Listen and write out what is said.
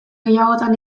gehiagotan